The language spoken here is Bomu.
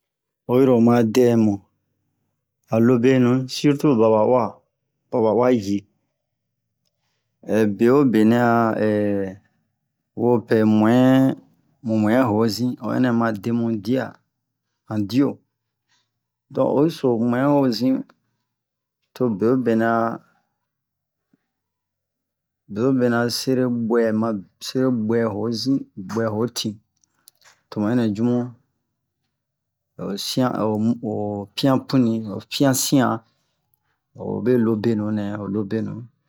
o yiro o ma dɛm a lobenu sirtu babauwa babauwa yi ɛ beo'be nɛ'a ɛ wopɛ muɛin muɛin hozin o hɛnɛ ma debu dia han dio dɔ o yi so muɛin hozin to beo'be nɛ sere ɓwɛ ma sere ɓwɛ hozin ɓwɛ hotin to mu ɛnɛ ju bun o sian o pian puni o pian sian o be lobenu nɛ o lobenu